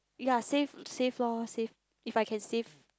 yea save save loh save if I can save